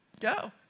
go